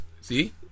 See